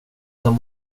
som